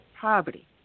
poverty